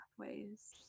pathways